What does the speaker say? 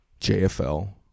JFL